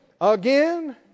again